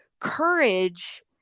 courage